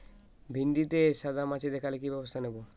ভিন্ডিতে সাদা মাছি দেখালে কি ব্যবস্থা নেবো?